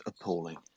appalling